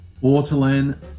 Waterland